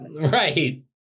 right